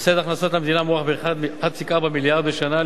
הפסד ההכנסות למדינה מוערך ב-1.4 מיליארד בשנה.